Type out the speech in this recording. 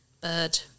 bird